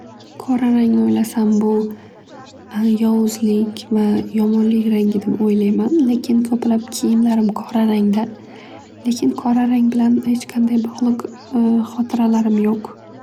Qora rangni o'ylasam bu yovuzlik va yomonlik rangi deb o'ylayman. Lekin ko'plab kiyimlarim qora rangda lekin qora rang bilan bog'liq hech qanday xotiralarim yo'q.